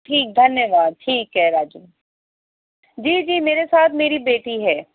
ٹھیک دھنے واد ٹھیک ہے راجو جی جی میرے ساتھ میری بیٹی ہے